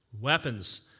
weapons